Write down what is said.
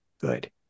good